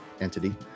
entity